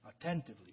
attentively